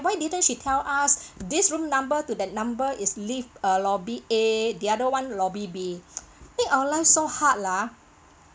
what didn't she tell us this room number to that number is lift uh lobby A the other one lobby B make our life so hard lah